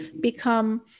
become